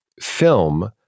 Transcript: film